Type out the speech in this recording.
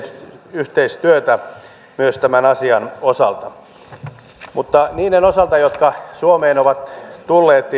yhteistyötä myös tämän asian osalta mutta niiden osalta jotka suomeen ovat tulleet